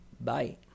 Bye